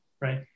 right